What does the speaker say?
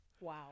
Wow